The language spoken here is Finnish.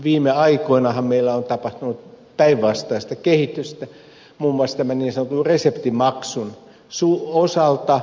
viime aikoinahan meillä on tapahtunut päinvastaista kehitystä muun muassa niin sanotun reseptimaksun osalta